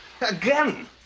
Again